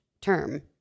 term